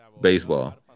baseball